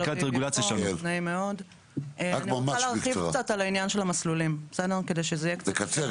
אני רוצה להרחיב קצת על עניין המסלולים כדי שזה יהיה קצת יותר